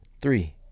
three